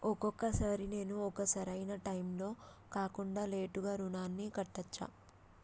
ఒక్కొక సారి నేను ఒక సరైనా టైంలో కాకుండా లేటుగా రుణాన్ని కట్టచ్చా?